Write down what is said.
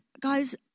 guys